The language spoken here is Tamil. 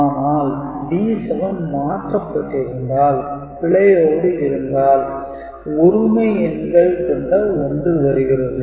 ஆனால் D7 மாற்றப்பட்டிருந்தால் பிழையோடு இருந்தால் ஒருமை எண்கள் கொண்ட 1 வருகிறது